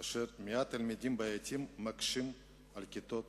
כאשר מעט תלמידים בעייתיים מקשים על כיתות